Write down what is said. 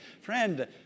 Friend